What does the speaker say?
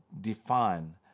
define